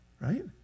right